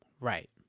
right